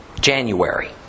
January